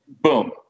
Boom